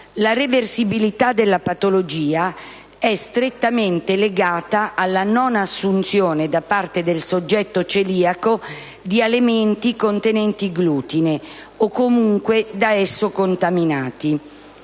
La reversibilità della patologia è strettamente legata alla non assunzione da parte del soggetto celiaco di alimenti contenenti glutine o comunque da esso contaminati.